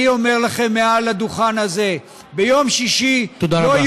אני אומר לכם מעל הדוכן הזה: ביום שישי, תודה רבה.